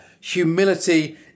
humility